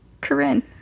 Corinne